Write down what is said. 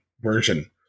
version